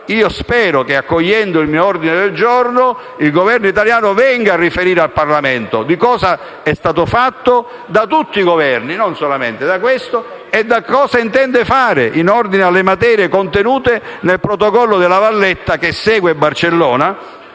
Spero che, accogliendo il mio ordine del giorno, il Governo italiano venga a riferire al Parlamento su cosa è stato fatto da tutti i Governi, non solo da questo, e su cosa intende fare in ordine alle materie contenute nel Protocollo della Valletta, che segue la